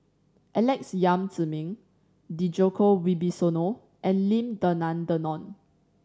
Alex Yam Ziming Djoko Wibisono and Lim Denan Denon